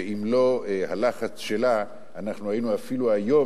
שאם לא הלחץ שלה אנחנו היינו אפילו היום